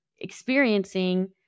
experiencing